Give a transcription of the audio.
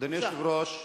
אדוני היושב-ראש,